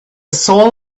soul